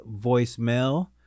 voicemail